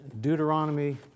Deuteronomy